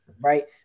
Right